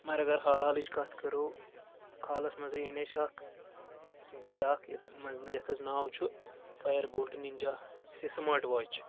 مَگَر اَگَر حال حالٕچ کتھ کرو حالس منٛزٕے أنۍ اَسہِ اکھ گٔر اکھ یتھ منٛز نٕہ یتھ حٕظ ناو چھُ فایَر بولٹہٕ نِنجا یُس یہِ سماٹ واچ چھِ